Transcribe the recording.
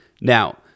Now